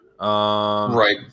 Right